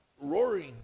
roaring